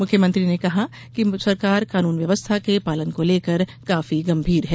मुख्यमंत्री ने कहा कि सरकार कानून व्यवस्था के पालन को लेकर गंभीर है